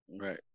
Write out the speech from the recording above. Right